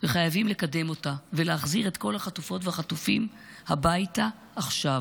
וחייבים לקדם אותה ולהחזיר את כל החטופות והחטופים הביתה עכשיו,